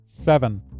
Seven